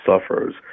suffers